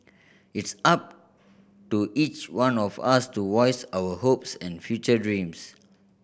it's up to each one of us to voice our hopes and future dreams